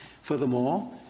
Furthermore